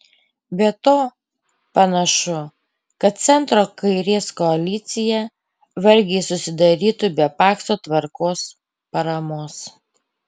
be to panašu kad centro kairės koalicija vargiai susidarytų be pakso tvarkos paramos